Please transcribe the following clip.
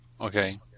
Okay